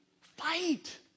Fight